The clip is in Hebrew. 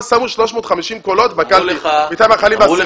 שמו 350 קולות בקלפי מטעם החיילים והאסירים?